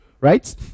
right